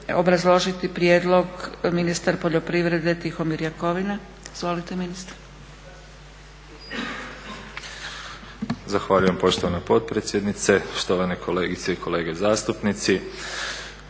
obrazložiti prijedlog ministar poljoprivrede Tihomir Jakovina. Izvolite ministre. **Jakovina, Tihomir (SDP)** Zahvaljujem poštovana potpredsjednice, štovane kolegice i kolege zastupnici.